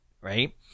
right